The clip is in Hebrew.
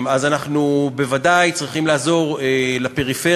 אז אנחנו בוודאי צריכים לעזור לפריפריה,